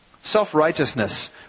self-righteousness